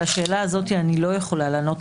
על השאלה הזו אני לא יכולה לענות,